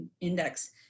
index